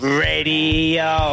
radio